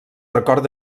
record